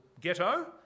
ghetto